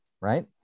right